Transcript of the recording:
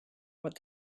what